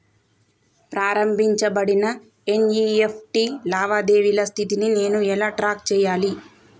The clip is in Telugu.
ప్రారంభించబడిన ఎన్.ఇ.ఎఫ్.టి లావాదేవీల స్థితిని నేను ఎలా ట్రాక్ చేయాలి?